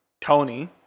Tony